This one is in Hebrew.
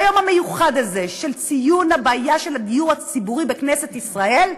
ביום המיוחד הזה של ציון הבעיה של הדיור הציבורי בכנסת ישראל,